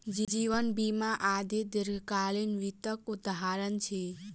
जीवन बीमा आदि दीर्घकालीन वित्तक उदहारण अछि